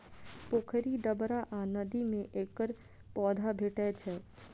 पोखरि, डबरा आ नदी मे एकर पौधा भेटै छैक